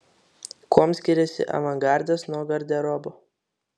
kuom skiriasi avangardas nuo garderobo